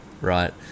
Right